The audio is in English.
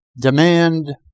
demand